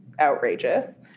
outrageous